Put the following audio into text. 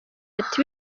ati